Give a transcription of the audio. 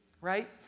right